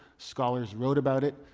scholars wrote about it,